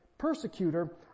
persecutor